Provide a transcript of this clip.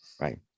Right